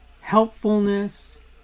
helpfulness